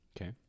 Okay